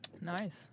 Nice